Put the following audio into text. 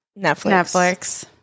Netflix